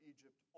Egypt